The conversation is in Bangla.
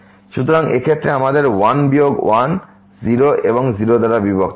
সুতরাং এই ক্ষেত্রে আমাদের 1 বিয়োগ 1 0 এবং 0 দ্বারা বিভক্ত